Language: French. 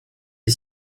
est